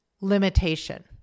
limitation